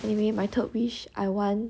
anyway my third wish I want